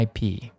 IP